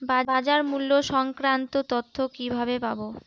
বাজার মূল্য সংক্রান্ত তথ্য কিভাবে পাবো?